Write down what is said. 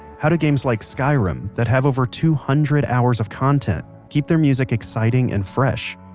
how do games like skyrim, that have over two hundred hours of content, keep their music exciting and fresh?